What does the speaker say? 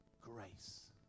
grace